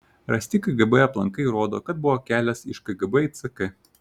rasti kgb aplankai rodo kad buvo kelias iš kgb į ck